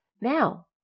Now